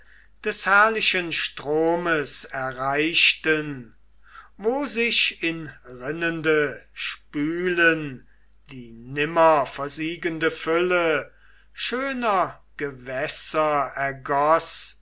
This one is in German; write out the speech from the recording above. des herrlichen stromes erreichten wo sich in rinnende spülen die nimmerversiegende fülle schöner gewässer ergoß